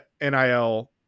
nil